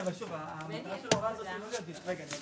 לא הבנתי.